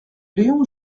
léon